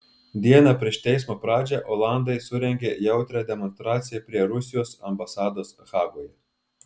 dieną prieš teismo pradžią olandai surengė jautrią demonstraciją prie rusijos ambasados hagoje